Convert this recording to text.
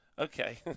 Okay